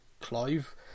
Clive